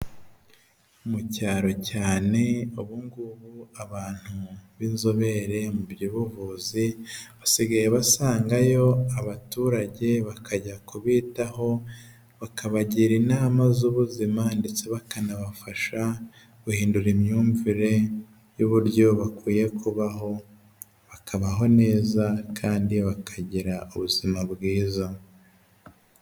Mu cyaro cyane ubungubu abantu b'inzobere mu by'ubuvuzi, basigaye basangayo abaturage bakajya kubitaho bakabagira inama z'ubuzima ndetse bakanabafasha guhindura imyumvire y'uburyo bakwiye kubaho bakabaho neza kandi bakagira ubuzima bwiza.